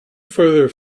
further